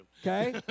okay